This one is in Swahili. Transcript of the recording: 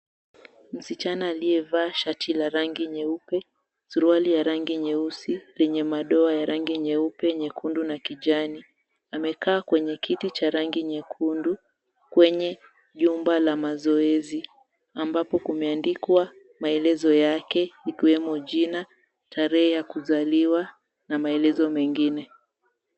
Msichana aliyevaa shati la rangi nyeupe, suruali ya rangi nyeusi lenye madoa ya rangi nyeupe, nyekundu na kijani, amekaa kwenye kiti cha rangi nyekundu kwenye jumba la mazoezi ambapo kumeandikwa maelezo yake ikiwemo jina, tarehe ya kuzaliwa na maelezo mengine.